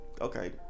Okay